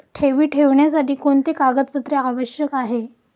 ठेवी ठेवण्यासाठी कोणते कागदपत्रे आवश्यक आहे?